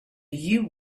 you